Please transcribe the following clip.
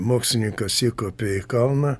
mokslininkas įkopė į kalną